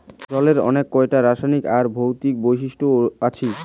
জলের অনেক কোটা রাসায়নিক আর ভৌতিক বৈশিষ্ট আছি